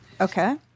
Okay